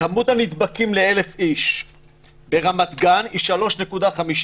כמות הנדבקים ל-1,000 איש ברמת גן 3.55,